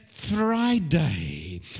Friday